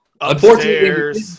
Unfortunately